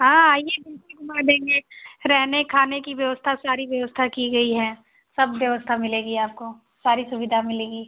हाँ आइए बिल्कुल घूमा देंगे रहने खाने कि व्यवस्था सारी व्यवस्था की गई है सब व्यवस्था मिलेगी आपको सारी सुविधा मिलेगी